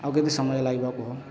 ଆଉ କେତେ ସମୟ ଲାଗିବ କୁହ